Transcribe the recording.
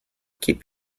keep